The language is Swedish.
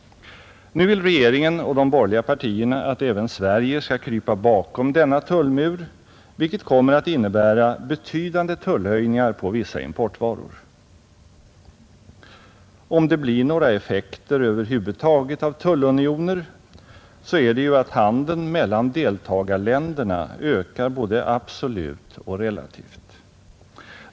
Nu vill regeringen och de borgerliga partierna att även Sverige skall krypa bakom denna tullmur, vilket kommer att innebära betydande tullhöjningar på vissa importvaror. Om det blir några effekter över huvud taget av tullunioner, så är det ju att handeln mellan deltagarländerna ökar både absolut och relativt.